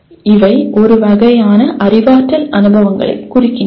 இவை ஒரு வகையான அறிவாற்றல் அனுபவங்களைக் குறிக்கின்றன